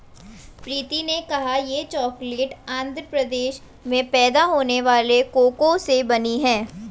प्रीति ने कहा यह चॉकलेट आंध्र प्रदेश में पैदा होने वाले कोको से बनी है